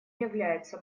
является